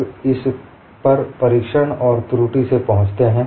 लोग इस पर परीक्षण और त्रुटि से पहुंचते हैं